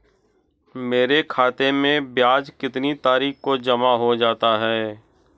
मेरे खाते में ब्याज कितनी तारीख को जमा हो जाता है?